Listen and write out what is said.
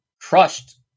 crushed –